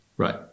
Right